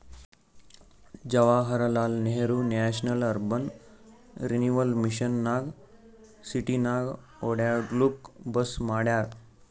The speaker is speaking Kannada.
Jawaharlal Nehru national urban renewal mission ನಾಗ್ ಸಿಟಿನಾಗ್ ಒಡ್ಯಾಡ್ಲೂಕ್ ಬಸ್ ಮಾಡ್ಯಾರ್